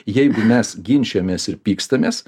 jeigu mes ginčijamės ir pykstamės